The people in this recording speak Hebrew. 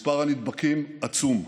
מספר הנדבקים עצום,